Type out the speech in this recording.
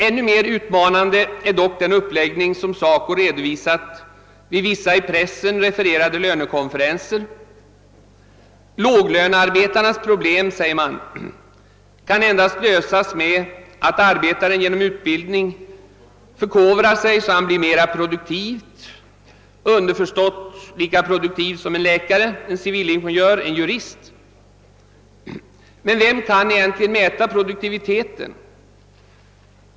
Ännu mer utmanande är dock den uppläggning som SACO redovisar vid vissa, i pressen refererade lönekonferenser. Låglönearbetarnas problem kan endast lösas, sägs det, med att arbetaren genom utbildning förkovrar sig så att han blir mera produktiv — underförstått lika produktiv som en läkare, en civilingenjör eller en jurist. Men vem kan egentligen mäta produktiviteten?